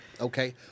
Okay